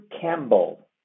Campbell